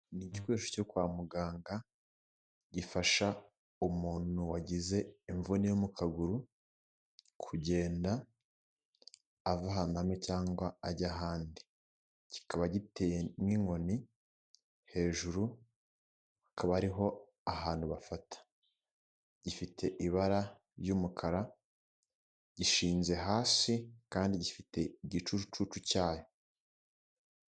Ni igikoresho cyo kwa muganga, gifasha umuntu wagize imvune yo mu kaguru, kugenda ava ahantu hamwe cyangwa ajya ahandi. Kikaba giteye nk'inkoni, hejuru hakaba hariho ahantu bafata. Gifite ibara ry'umukara gishinze hasi kandi gifite igicucucucu cyayo.